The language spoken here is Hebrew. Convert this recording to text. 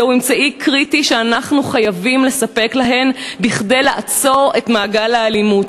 זהו אמצעי קריטי שאנחנו חייבים לספק להן כדי לעצור את מעגל האלימות.